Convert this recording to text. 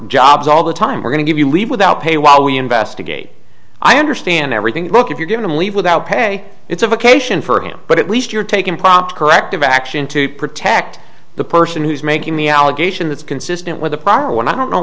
jobs all the time we're going to give you leave without pay while we investigate i understand everything look if you're going to leave without pay it's a vocation for him but at least you're taking prompt corrective action to protect the person who's making the allegation that's consistent with the proper one i don't know